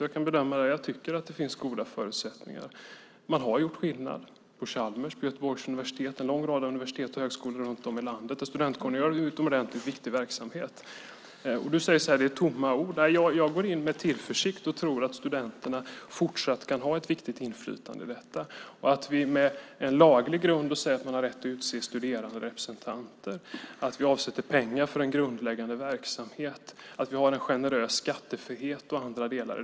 Jag bedömer att det finns goda förutsättningar. Man har gjort skillnad på Chalmers, Göteborgs universitet och en lång rad universitet och högskolor runt om i landet. Studentkåren utgör en utomordentligt viktig verksamhet. Du säger att det är tomma ord. Jag går in med tillförsikt och tror att studenterna kan ha ett fortsatt viktigt inflytande. Det blir en laglig grund att utse studeranderepresentanter. Det avsätts pengar för den grundläggande verksamheten. Det är generös skattefrihet och andra delar.